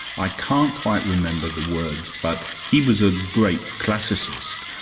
i can't quite remember the words, but he was a great classicist,